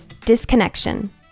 disconnection